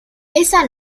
esa